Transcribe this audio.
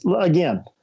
again